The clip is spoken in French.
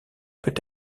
peut